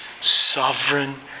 sovereign